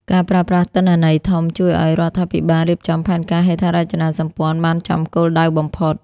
ការប្រើប្រាស់ "ទិន្នន័យធំ" ជួយឱ្យរដ្ឋាភិបាលរៀបចំផែនការហេដ្ឋារចនាសម្ព័ន្ធបានចំគោលដៅបំផុត។